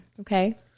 okay